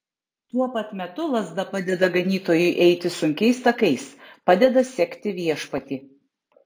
tuo pat metu lazda padeda ganytojui eiti sunkiais takais padeda sekti viešpatį